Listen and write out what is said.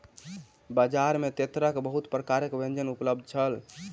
बजार में तेतैरक बहुत प्रकारक व्यंजन उपलब्ध छल